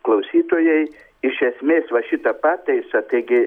klausytojai iš esmės va šita pataisa taigi